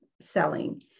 selling